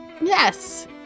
yes